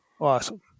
Awesome